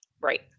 right